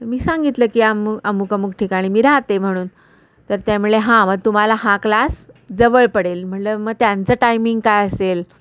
मी सांगितलं की आम अमूक अमूक ठिकाणी मी राहते म्हणून तर ते म्हणले हां मग तुम्हाला हा क्लास जवळ पडेल म्हणलं मग त्यांचं टायमिंग काय असेल